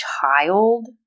child